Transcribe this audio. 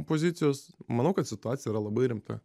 pozicijos manau kad situacija yra labai rimta